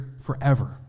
forever